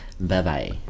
Bye-bye